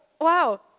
Wow